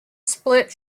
split